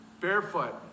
Barefoot